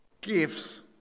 gifts